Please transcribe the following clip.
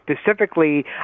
specifically